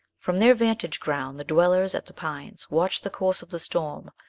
from their vantage ground the dwellers at the pines watched the course of the storm,